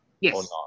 Yes